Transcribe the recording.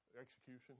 execution